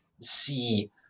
see